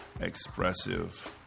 expressive